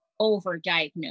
overdiagnosed